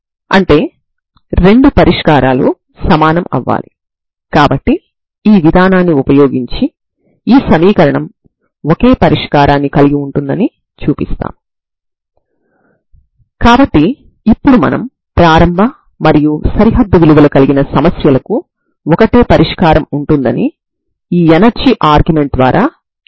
uxtn1unxt లో మీరు పరిమిత పదాలను తీసుకుంటారు ఉదాహరణకు 1 నుండి N వరకు పదాలను తీసుకోండి అది కూడా ఒక పరిష్కారమని అనుకుందాం